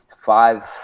five